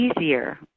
easier